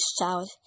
child